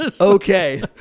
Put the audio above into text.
Okay